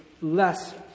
less